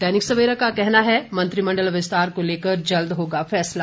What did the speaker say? दैनिक सवेरा का कहना है मंत्रिमंडल विस्तार को लेकर जल्द होगा फैसला